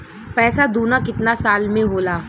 पैसा दूना कितना साल मे होला?